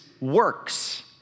works